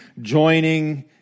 joining